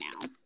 now